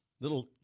little